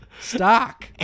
Stock